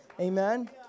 Amen